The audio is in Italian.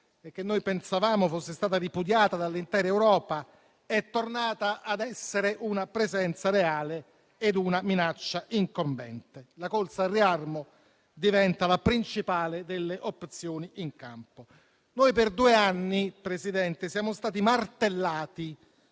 e che noi pensavamo fosse stata ripudiata dall'intera Europa, è tornata ad essere una presenza reale ed una minaccia incombente. La corsa al riarmo diventa la principale delle opzioni in campo. Noi per due anni, Presidente, siamo stati martellati